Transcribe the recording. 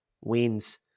wins